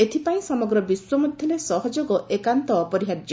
ଏଥିପାଇଁ ସମଗ୍ର ବିଶ୍ୱ ମଧ୍ୟରେ ସହଯୋଗ ଏକାନ୍ତ ଅପରିହାର୍ଯ୍ୟ